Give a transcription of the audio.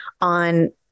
on